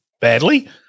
badly